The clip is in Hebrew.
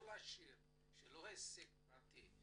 זה לא עסק פרטי,